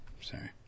Sorry